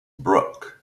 brooke